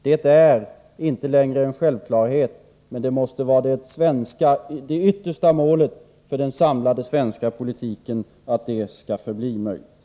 Det är inte längre en självklarhet, men det måste vara det yttersta målet för den samlade svenska politiken att det skall förbli möjligt.